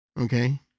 Okay